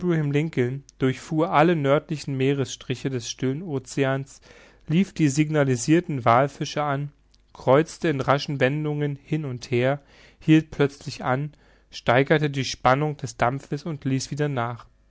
abraham lincoln durchfuhr alle nördlichen meeresstriche des stillen oceans lief die signalisirten wallfische an kreuzte in raschen wendungen hin und her hielt plötzlich an steigerte die spannung des dampfes und ließ wieder nach